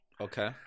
Okay